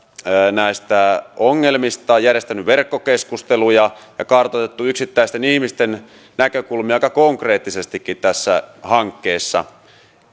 näistä ongelmista järjestänyt verkkokeskusteluja ja kartoittanut yksittäisten ihmisten näkökulmia aika konkreettisestikin tässä hankkeessa